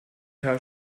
herr